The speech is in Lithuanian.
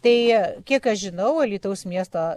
tai kiek aš žinau alytaus miesto